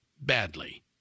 badly